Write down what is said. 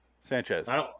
Sanchez